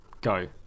go